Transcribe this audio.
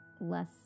less